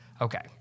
Okay